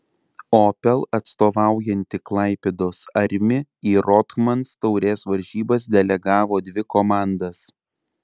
opel atstovaujanti klaipėdos armi į rothmans taurės varžybas delegavo dvi komandas